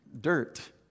dirt